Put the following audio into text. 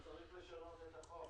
אתה צריך לשנות את החוק.